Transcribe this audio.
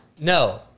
No